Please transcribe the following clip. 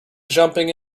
jumping